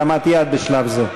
בהרמת יד, בשלב זה?